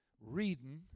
reading